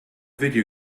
video